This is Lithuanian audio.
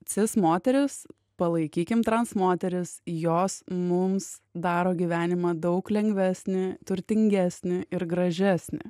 cis moteris palaikykim trans moteris jos mums daro gyvenimą daug lengvesnį turtingesnį ir gražesnį